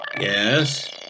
Yes